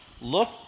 Look